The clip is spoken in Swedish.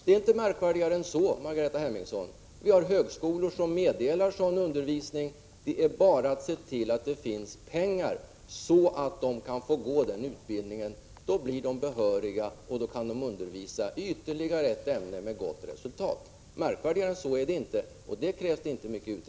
Det är inte märkvärdigare än så, Margareta Hemmingsson. Vi har högskolor som meddelar sådan undervisning. Det är bara att se till att det finns pengar så att lärarna kan få genomgå den utbildning som krävs. Då blir de behöriga, och då kan de undervisa i ytterligare ett ämne med gott resultat. Det är alltså inte märkvärdigare än så, och det krävs inte mycket av utredningar för att konstatera det.